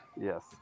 Yes